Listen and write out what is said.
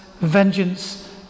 vengeance